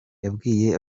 yabwiye